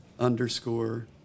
underscore